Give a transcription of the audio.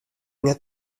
net